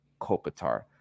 Kopitar